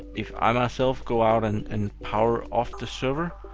if i myself go out and and power off the server,